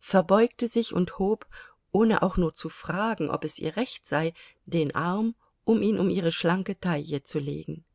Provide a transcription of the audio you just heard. verbeugte sich und hob ohne auch nur zu fragen ob es ihr recht sei den arm um ihn um ihre schlanke taille zu legen